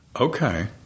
Okay